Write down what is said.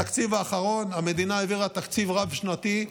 בתקציב האחרון המדינה העבירה תקציב רב-שנתי,